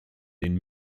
den